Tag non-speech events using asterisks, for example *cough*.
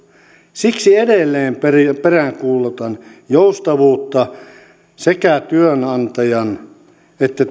siksi edelleen peräänkuulutan joustavuutta sekä työnantajan että *unintelligible*